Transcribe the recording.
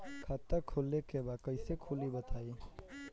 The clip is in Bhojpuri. खाता खोले के बा कईसे खुली बताई?